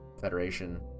federation